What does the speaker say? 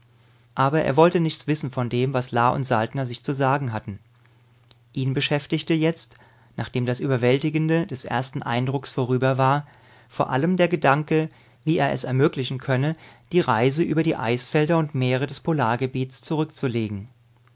aber er wollte nichts wissen von dem was la und saltner sich zu sagen hatten ihn beschäftigte jetzt nachdem das überwältigende des ersten eindrucks vorüber war vor allem der gedanke wie er es ermöglichen könne die reise über die eisfelder und meere des polargebiets zurückzulegen